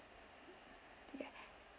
yeah